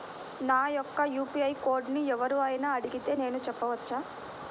నా యొక్క యూ.పీ.ఐ కోడ్ని ఎవరు అయినా అడిగితే నేను చెప్పవచ్చా?